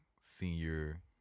senior